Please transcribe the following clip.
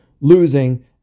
losing